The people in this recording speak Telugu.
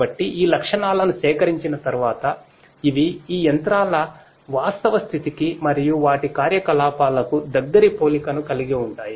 కాబట్టి ఈ లక్షణాలను సేకరించిన తర్వాత ఇవి ఈ యంత్రాల వాస్తవ స్థితికి మరియు వాటి కార్యకలాపాలకు దగ్గరి పోలికను కలిగి ఉంటాయి